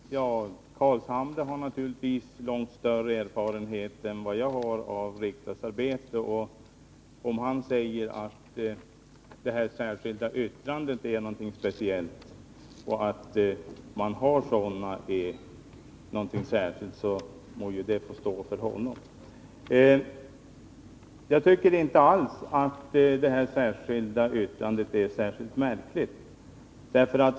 Herr talman! Nils Carlshamre har naturligtvis långt större erfarenhet än jag har av riksdagsarbete, och om han säger att detta särskilda yttrande är någonting speciellt må ju det få stå för honom. Jag tycker inte alls att detta särskilda yttrande är speciellt märkligt.